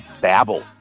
babble